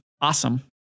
awesome